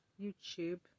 YouTube